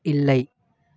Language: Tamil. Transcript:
இல்லை